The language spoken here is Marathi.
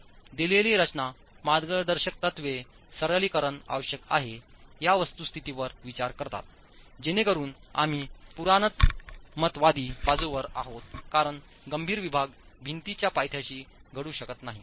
तर दिलेली रचना मार्गदर्शक तत्त्वे सरलीकरण आवश्यक आहे या वस्तुस्थितीवर विचार करतात जेणेकरून आम्ही पुराणमतवादी बाजूवर आहोत कारण गंभीर विभाग भिंतीच्या पायथ्याशी घडू शकत नाहीत